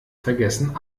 vergessen